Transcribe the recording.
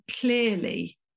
clearly